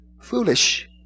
Foolish